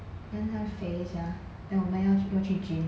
then 还肥 sia then 我们要去要去 gym changing we should we go and go another gym session